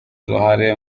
uruhare